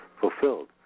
fulfilled